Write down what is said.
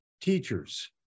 teachers